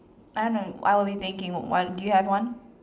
I don't know I would be thinking one do you have one